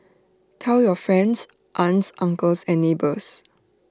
tell your friends aunts uncles and neighbours